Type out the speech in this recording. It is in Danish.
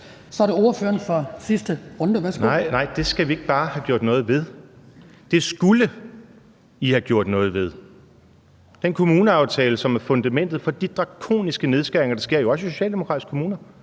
Morten Messerschmidt (DF): Nej, nej, det skal vi ikke bare »have gjort noget ved«. Det skulle I have gjort noget ved. Den kommuneaftale, som er fundamentet for de drakoniske nedskæringer, der sker – jo også i socialdemokratiske kommuner,